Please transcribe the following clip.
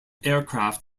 aircraft